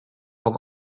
van